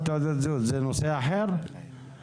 זה נותן מעמד א5,